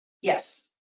Yes